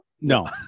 No